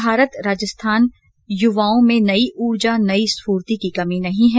भारत और राजस्थान के युवाओं में नई ऊर्जा नई स्फूर्ति की कमी नहीं है